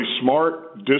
smart